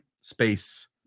space